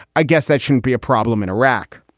i guess that shouldn't be a problem in iraq,